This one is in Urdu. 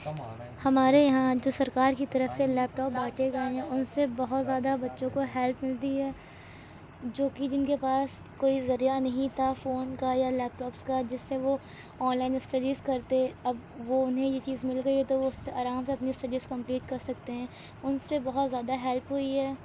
ہمارے یہاں جو سرکار کی طرف سے لیپ ٹاپ بانٹے گیے ہیں ان سے بہت زیادہ بچوں کو ہیلپ ملتی ہے جو کہ جن کے پاس کوئی ذریعہ نہیں تھا فون کا یا لیپ ٹاپس کا جس سے وہ آن لائن اسٹڈیز کرتے اب وہ انہیں یہ چیزیں مل گئی ہے تو وہ اس سے آرام سے اپنی اسٹڈیز کمپلیٹ کرسکتے ہیں ان سے بہت زیادہ ہیلپ ہوئی ہے